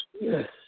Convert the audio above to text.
Yes